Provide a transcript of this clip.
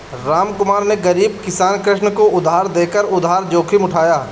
रामकुमार ने गरीब किसान कृष्ण को उधार देकर उधार जोखिम उठाया